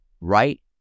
Right